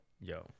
Yo